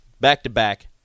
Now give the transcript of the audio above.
back-to-back